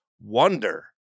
wonder